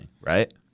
right